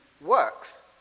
works